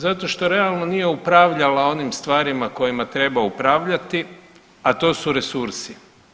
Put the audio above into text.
Zato što realno nije upravljala onim stvarima kojima treba upravljati, a to su resursi.